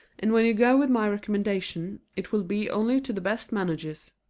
and when you go with my recommendation, it will be only to the best managers.